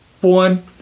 one